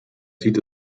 sieht